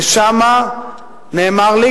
ושם נאמר לי,